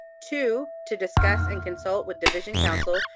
two, to discuss and consult with division counsel,